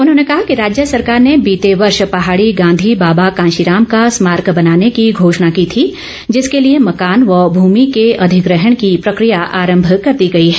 उन्होंने कहा कि राज्य सरकार ने बीते वर्ष पहाड़ी गांधी बाबा कांशीराम का स्मारक बनाने की घोषणा की थी जिसके लिए मकान व भूमि के अधिग्रहण की प्रक्रिया आरम्म कर दी गई है